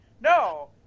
no